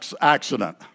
accident